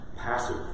passive